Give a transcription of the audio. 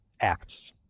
acts